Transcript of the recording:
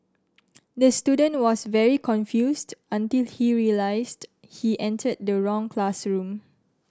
the student was very confused until he realised he entered the wrong classroom